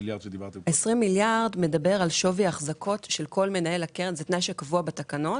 20 מיליארד מדבר על שווי האחזקות של כל מנהל הקרן - תנאי שקבוע בתקנות.